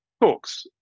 talks